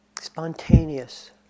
spontaneous